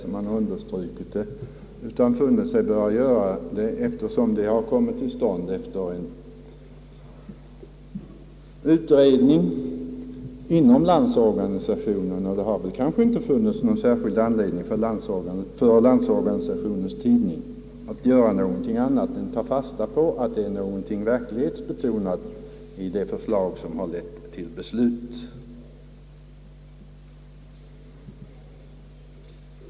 Man har kanske snarare funnit sig böra göra det, eftersom beslutet tillkommit efter en utredning inom Landsorganisationen och det inte funnits anledning för Landsorganisationens tidning att göra något annat än att ta fasta på att det fanns någonting verklighetsbetonat i det förslag som ledde till beslut.